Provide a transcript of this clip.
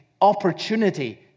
opportunity